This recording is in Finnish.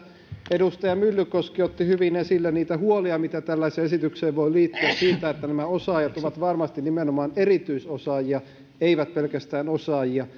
edustaja myllykoski otti hyvin esille niitä huolia mitä tällaiseen esitykseen voi liittyä siitä että nämä osaajat ovat varmasti nimenomaan erityisosaajia eivät pelkästään osaajia